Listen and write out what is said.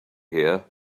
here